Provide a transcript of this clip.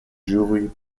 jury